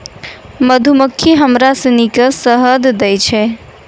मधुमक्खी हमरा सिनी के शहद दै छै